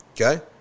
okay